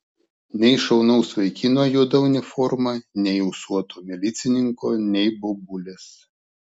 nei šaunaus vaikino juoda uniforma nei ūsuoto milicininko nei bobulės